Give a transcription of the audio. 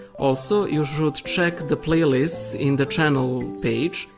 also, you should check the playlists in the channel page.